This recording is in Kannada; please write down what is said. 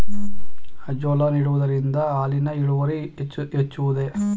ಅಜೋಲಾ ನೀಡುವುದರಿಂದ ಹಾಲಿನ ಇಳುವರಿ ಹೆಚ್ಚುವುದೇ?